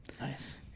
Nice